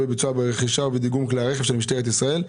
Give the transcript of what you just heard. בביצוע רכישה ובדיגום כלי הרכב של משטרת ישראל.